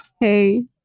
hey